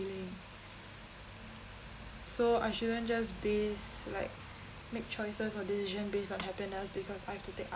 feeling so I shouldn't just base like make choices or decision based on happiness because I have to take